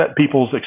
people's